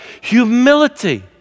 humility